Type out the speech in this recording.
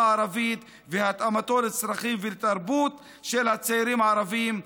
הערבית והתאמתו לצרכים ולתרבות של הצעירים הערבים.